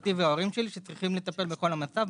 אחותי וההורים שלי שצריכים לטפל בכל המצב,